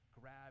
grab